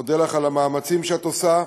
מודה לך על המאמצים שאת עושה,